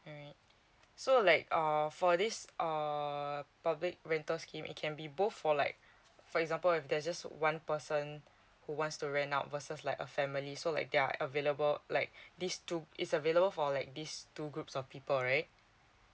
alright so like err for this uh public rental scheme it can be both for like for example if there's just one person who wants to rent out versus like a family so like they are available like these two it's available for like this two groups of people right